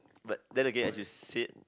but then again as you said